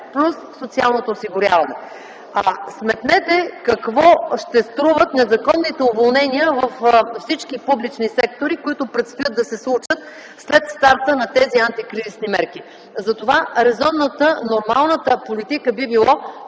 плюс социалното осигуряване. Сметнете какво ще струват незаконните уволнения във всички публични сектори, които предстои да се случат след старта на тези антикризисни мерки! Затова резонната, нормалната политика би била